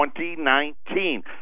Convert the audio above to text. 2019